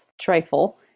trifle